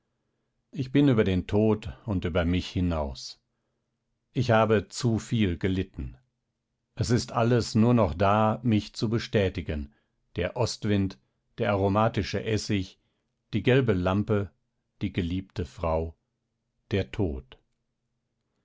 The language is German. ich bin über den tod und über mich hinaus ich habe zu viel gelitten es ist alles nur noch da mich zu bestätigen der ostwind der aromatische essig die gelbe lampe die geliebte frau der tod